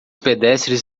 pedestres